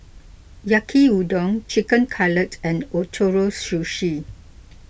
Yaki Udon Chicken Cutlet and Ootoro Sushi